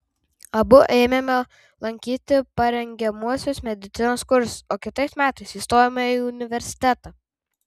abu ėmėme lankyti parengiamuosius medicinos kursus o kitais metais įstojome į universitetą